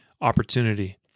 opportunity